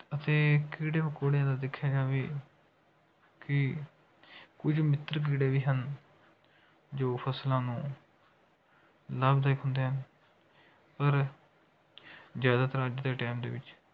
ਅਤੇ ਕੀੜੇ ਮਕੌੜਿਆਂ ਦਾ ਦੇਖਿਆ ਜਾਵੇ ਕਿ ਕੁਝ ਮਿੱਤਰ ਕੀੜੇ ਵੀ ਹਨ ਜੋ ਫ਼ਸਲਾਂ ਨੂੰ ਲਾਭਦਾਇਕ ਹੁੰਦੇ ਹਨ ਪਰ ਜ਼ਿਆਦਾਤਰ ਅੱਜ ਦੇ ਟਾਈਮ ਦੇ ਵਿੱਚ